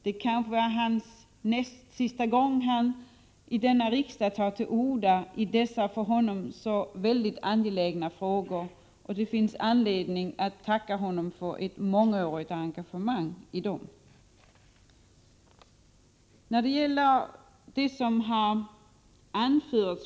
Detta är kanske näst sista gången han i denna kammare tar till orda i dessa för honom så angelägna frågor, och det finns anledning att tacka honom för det mångåriga engagemanget i dessa frågor.